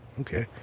okay